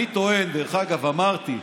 דרך אגב, אמרתי,